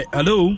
Hello